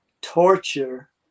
torture